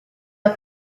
the